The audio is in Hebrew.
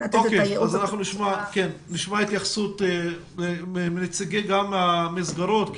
נשמע התייחסות מנציגי המסגרות.